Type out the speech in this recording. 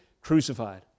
crucified